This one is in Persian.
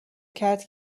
کرد